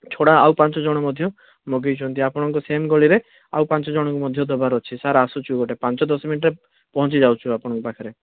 ଛଡ଼ା ଆଉ ପାଞ୍ଚ ଜଣ ମଧ୍ୟ ମଗାଇଛନ୍ତି ଆପଣଙ୍କ ସେମ ଗଳିରେ ଆଉ ପାଞ୍ଚ ଜଣଙ୍କୁ ମଧ୍ୟ ଦବାର ଅଛି ସାର୍ ଆସୁଛୁ ଗୋଟେ ପାଞ୍ଚ ଦଶ ମିନିଟିରେ ପହଁଛି ଯାଉଛୁ ଆପଣଙ୍କ ପାଖରେ